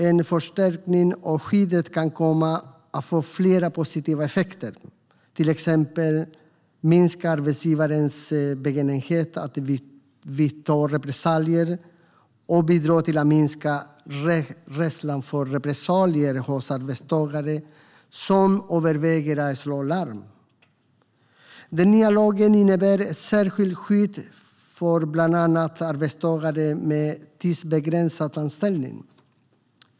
En förstärkning av skyddet kan komma att få flera positiva effekter, till exempel genom att minska arbetsgivarens benägenhet att vidta repressalier och genom att bidra till att minska rädslan för repressalier hos arbetstagare som överväger att slå larm. Den nya lagen innebär ett särskilt skydd för bland andra arbetstagare med tidsbegränsad anställning.